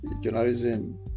journalism